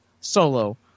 Solo